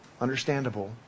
understandable